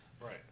Right